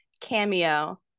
cameo